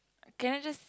can I just